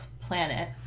planet